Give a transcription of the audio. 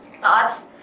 thoughts